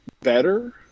better